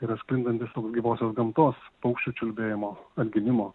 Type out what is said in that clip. tai yra sklindantis gyvosios gamtos paukščių čiulbėjimo atgimimo